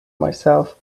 myself